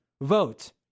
vote